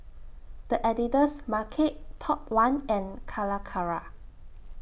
The Editor's Market Top one and Calacara